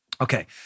Okay